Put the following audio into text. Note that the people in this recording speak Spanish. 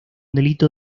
delito